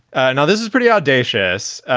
ah now, this is pretty audacious,